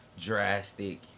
drastic